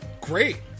great